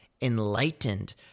Enlightened